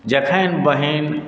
जखन बहिन